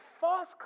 false